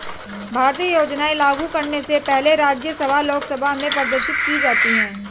भारतीय योजनाएं लागू करने से पहले राज्यसभा लोकसभा में प्रदर्शित की जाती है